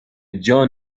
جان